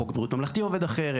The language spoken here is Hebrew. חוק בריאות ממלכתי עובד אחרת,